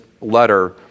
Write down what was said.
letter